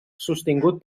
sostingut